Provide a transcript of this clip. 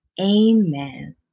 Amen